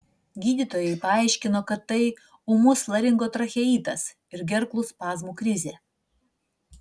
gydytojai paaiškino kad tai ūmus laringotracheitas ir gerklų spazmų krizė